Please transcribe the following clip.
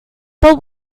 but